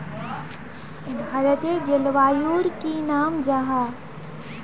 भारतेर जलवायुर की नाम जाहा?